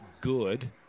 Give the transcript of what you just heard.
good